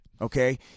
okay